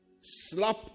Slap